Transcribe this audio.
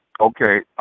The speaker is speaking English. Okay